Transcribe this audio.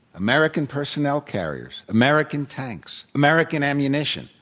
american personnel carriers. american tanks. american ammunition.